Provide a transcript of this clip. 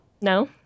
No